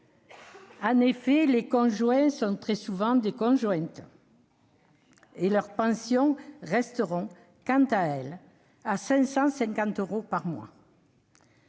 En effet, les conjoints sont très souvent des conjointes, et leurs pensions resteront, quant à elles, à 550 euros par mois.